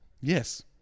Yes